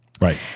Right